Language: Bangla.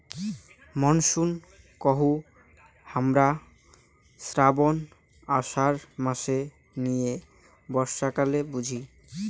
মনসুন কহু হামরা শ্রাবণ, আষাঢ় মাস নিয়ে বর্ষাকালত বুঝি